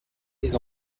les